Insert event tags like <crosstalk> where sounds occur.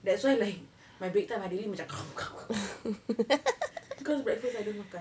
that's why like my break time I really macam <noise> <noise> because breakfast I don't makan